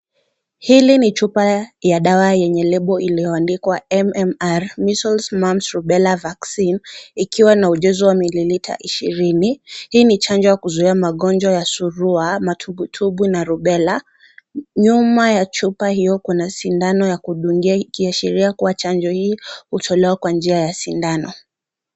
Hili ni chupa ya dawa lenye lebo iliyoandikwa MMR, measles, mumps rubella vaccine ikiwa na ujazo wa milimita ishirini, hii ni chanjo ya kuzuia magonjwa ya surua, matubwitubwi na rubella nyuma ya chupa hiyo kuna sindano ya kudungia ikiashiria kuwa chanjo hii hutolewa kwa njia ya sindano.